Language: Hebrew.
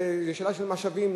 זה שאלה של משאבים,